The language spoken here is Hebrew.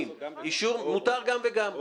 מותר גם וגם.